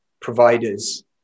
providers